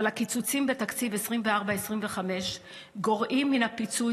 אבל הקיצוצים בתקציב 2024 ו-2025 גורעים מן הפיצוי,